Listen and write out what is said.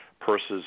purses